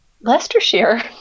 Leicestershire